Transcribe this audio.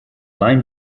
line